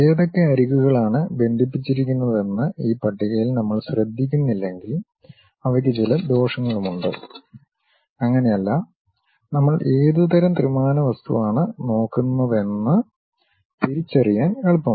ഏതൊക്കെ അരികുകളാണ് ബന്ധിപ്പിച്ചിരിക്കുന്നതെന്ന് ഈ പട്ടികയിൽ നമ്മൾ ശ്രദ്ധിക്കുന്നില്ലെങ്കിൽ അവയ്ക്ക് ചില ദോഷങ്ങളുമുണ്ട് അങ്ങനെയല്ല നമ്മൾ ഏതുതരം ത്രിമാന വസ്തുവാണ് നോക്കുന്നതെന്ന് തിരിച്ചറിയാൻ എളുപ്പമാണ്